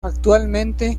actualmente